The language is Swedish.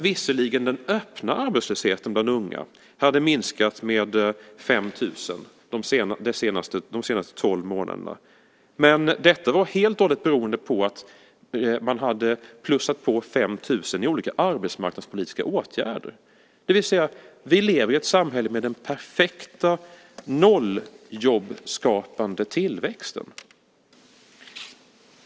Visserligen hade den öppna arbetslösheten bland unga minskat med 5 000 de senaste tolv månaderna, men det berodde helt och hållet på att man plussat på 5 000 i olika arbetsmarknadspolitiska åtgärder. Vi lever alltså i ett samhälle med den perfekta nolljobbskapande tillväxten.